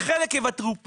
חלק יוותרו כאן,